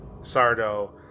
Sardo